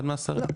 אחד מהשרים.